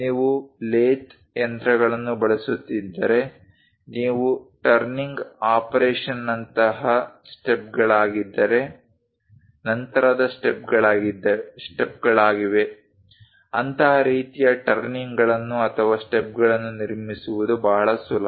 ನೀವು ಲೆಥ್ ಯಂತ್ರಗಳನ್ನು ಬಳಸುತ್ತಿದ್ದರೆ ಇವು ಟರ್ನಿಂಗ್ ಆಪರೇಷನ ನಂತರದ ಸ್ಟೆಪ್ಗಳಾಗಿವೆ ಅಂತಹ ರೀತಿಯ ಟರ್ನಿಂಗ್ಗಳನ್ನು ಅಥವಾ ಸ್ಟೆಪ್ಗಳನ್ನು ನಿರ್ಮಿಸುವುದು ತುಂಬಾ ಸುಲಭ